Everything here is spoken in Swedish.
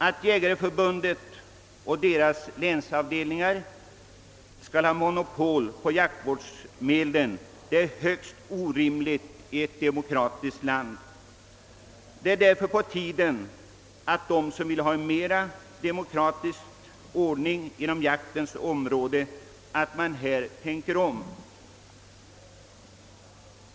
Att jägareförbundet och dess länsavdelningar skall ha monopol på jaktvårdsmedlen är högst orimligt i ett demokratiskt land. Det är därför på tiden att de som vill ha en mera demokratisk ordning inom jaktens område tänker om.